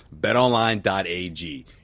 betonline.ag